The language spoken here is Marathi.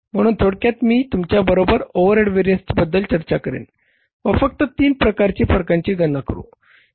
म्हणून थोडक्यात मी तुमच्याबरोबर ओव्हरहेड व्हेरिएन्सेस बद्दल चर्चा करेन व फक्त तीन प्रकारच्या फरकांची गणना करू